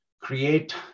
Create